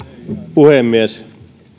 puhemies